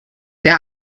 der